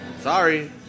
Sorry